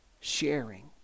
sharing